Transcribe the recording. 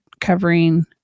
covering